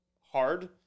hard